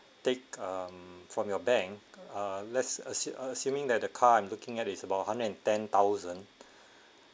take um from your bank uh let's as~ assuming that the car I'm looking at is about hundred and ten thousand